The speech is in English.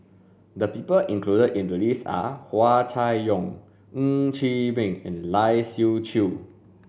the people included in the list are Hua Chai Yong Ng Chee Meng and Lai Siu Chiu